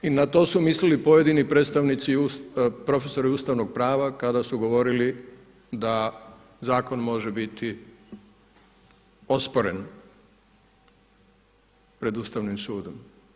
I na to su mislili pojedini predstavnici, profesori ustavnog prava kada su govorili da zakon može biti osporen pred Ustavnim sudom.